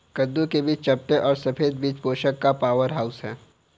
कद्दू के बीज चपटे और सफेद बीज पोषण का पावरहाउस हैं